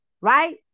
right